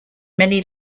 many